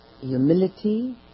humility